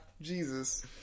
Jesus